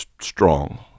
strong